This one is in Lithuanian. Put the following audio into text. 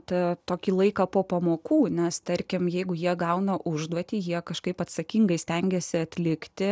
tą tokį laiką po pamokų nes tarkim jeigu jie gauna užduotį jie kažkaip atsakingai stengiasi atlikti